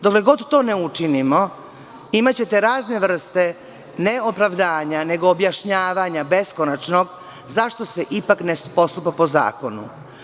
Dokle god to ne učinimo, imaćete razne vrste, ne opravdanja, nego objašnjavanja, beskonačnog, zašto se ipak ne postupa po zakonu.